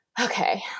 okay